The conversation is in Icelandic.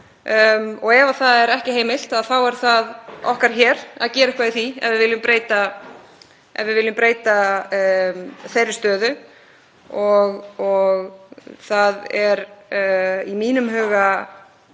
Ef það er ekki heimilt þá er það okkar hér að gera eitthvað í því, ef við viljum breyta þeirri stöðu. Það er í mínum huga